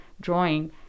drawing